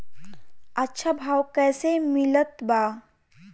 अच्छा भाव कैसे मिलत बा?